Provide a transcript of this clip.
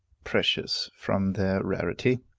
precious from their rarity.